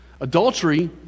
Adultery